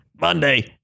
Monday